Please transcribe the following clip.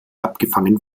abgefangen